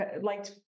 liked